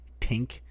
Tink